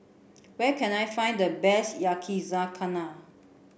where can I find the best Yakizakana